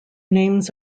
names